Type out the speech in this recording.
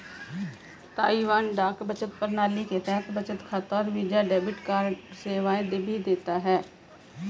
Taiwan डाक बचत प्रणाली के तहत बचत खाता और वीजा डेबिट कार्ड सेवाएं भी देता है